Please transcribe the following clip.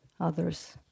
others